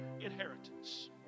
inheritance